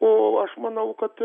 o aš manau kad